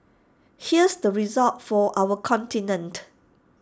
here's the result for our continent